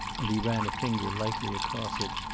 and he ran a finger lightly across it.